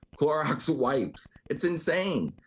clorox wipes. it's insane.